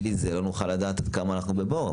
בלי זה לא נוכל לדעת עד כמה אנחנו בבור,